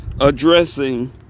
addressing